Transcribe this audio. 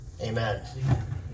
amen